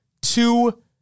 two